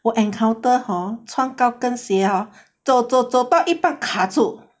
我 encounter hor 穿高跟鞋 hor 走走走到一半卡住卡住